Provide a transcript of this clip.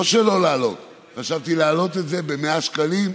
לא שלא לעלות, חשבתי להעלות את זה ב-100 שקלים,